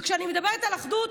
כשאני מדברת על אחדות,